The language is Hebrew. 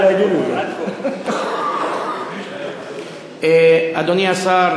אדוני השר,